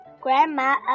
grandma